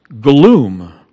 gloom